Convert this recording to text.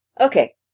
Okay